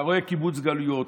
אתה רואה קיבוץ גלויות,